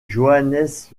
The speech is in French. johannes